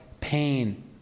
pain